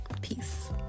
Peace